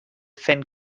fent